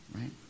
right